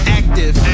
active